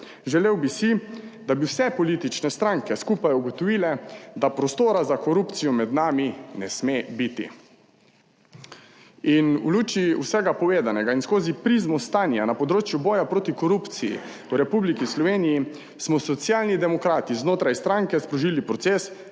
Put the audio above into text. Želel bi si, da bi vse politične stranke skupaj ugotovile, da prostora za korupcijo med nami ne sme biti. In v luči vsega povedanega in skozi prizmo stanja na področju boja proti korupciji v Republiki Sloveniji smo Socialni demokrati znotraj stranke sprožili proces,